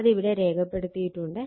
അതിവിടെ രേഖപ്പെടുത്തിയിട്ടുണ്ട്